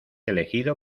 elegido